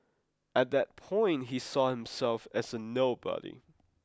at that point he saw himself as a nobody